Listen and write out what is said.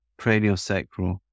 craniosacral